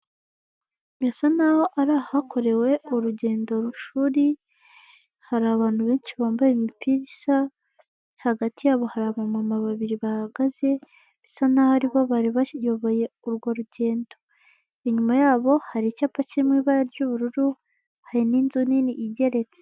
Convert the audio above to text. Birasa naho ari ahakorewe urugendo shuri hari abantu benshi bambaye imipira isa hagati yabo hariba mama babiri bahagaze bisa naho ariho bari bayoboye urwo rugendo, inyuma yabo hari icyapa kiri mu ibara ry'ubururu hari n'inzu nini igeretse.